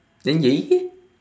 then yayi eh